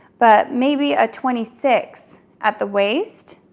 but maybe a twenty six at the waist,